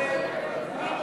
ההצעה להסיר מסדר-היום